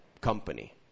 company